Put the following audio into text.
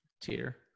tier